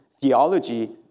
theology